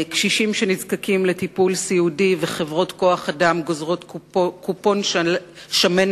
קשישים שנזקקים לטיפול סיעודי וחברות כוח-אדם גוזרות קופון שמן